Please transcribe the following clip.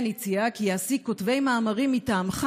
כן הציע כי יעסיק כותבי מאמרים מטעמך